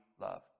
love